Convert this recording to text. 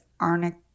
arnica